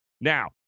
Now